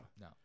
No